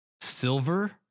Silver